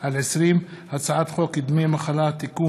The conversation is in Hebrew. פ/5867/20 וכלה בהצעת חוק שמספרה פ/5888/20: הצעת חוק דמי מחלה (תיקון,